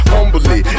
Humbly